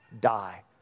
die